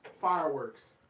fireworks